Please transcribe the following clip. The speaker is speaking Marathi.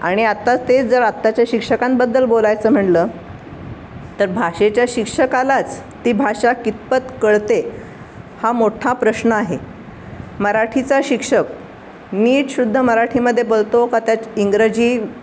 आणि आता तेच जर आताच्या शिक्षकांबद्दल बोलायचं म्हणलं तर भाषेच्या शिक्षकालाच ती भाषा कितपत कळते हा मोठा प्रश्न आहे मराठीचा शिक्षक नीट शुद्ध मराठीमध्ये बोलतो का त्याच इंग्रजी